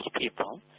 people